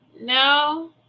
No